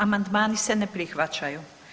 Amandmani se ne prihvaćaju.